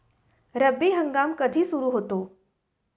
रब्बी हंगाम कधी सुरू होतो?